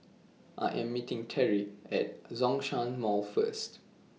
I Am meeting Terrie At Zhongshan Mall First